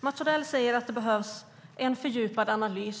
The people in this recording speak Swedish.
Mats Odell säger att det behövs en fördjupad analys.